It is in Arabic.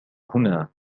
هنا